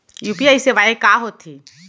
UPI सेवाएं का होथे?